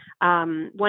One